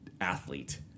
athlete